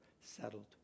settled